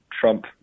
Trump